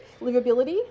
livability